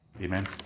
Amen